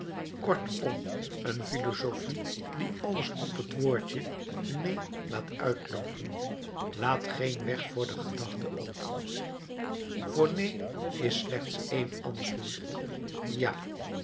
kortom een filosofie die alles op het woordje neen laat uitloopen laat geen weg voor de gedachte open voor neen is slechts een antwoord ja